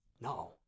No